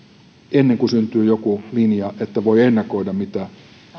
ennen kuin syntyy joku linja niin että voi ennakoida